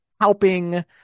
helping